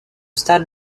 stade